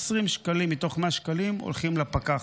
20 שקלים מתוך 100 שקלים הולכים לפקח.